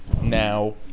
now